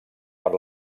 per